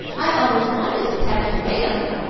i always wanted to tatch a whale,